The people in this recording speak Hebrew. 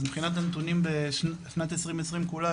אז מבחינת הנתונים בשנת 2020 כולה,